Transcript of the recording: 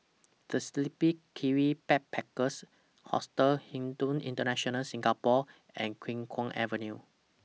The Sleepy Kiwi Backpackers Hostel Hilton International Singapore and Khiang Guan Avenue